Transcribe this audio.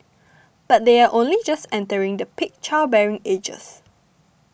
but they are only just entering the peak childbearing ages